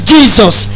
Jesus